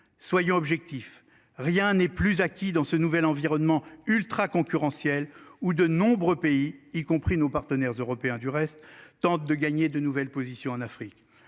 Soyons objectif, rien n'est plus acquis dans ce nouvel environnement ultraconcurrentiel. Où de nombreux pays y compris nos partenaires européens du reste tentent de gagner de nouvelles positions en Afrique,